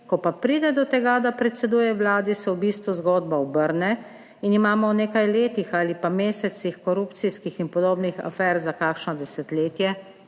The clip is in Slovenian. ko pa pride do tega, da predseduje vladi, se v bistvu zgodba obrne in imamo v nekaj letih ali pa mesecih korupcijskih in podobnih afer za kakšno desetletje,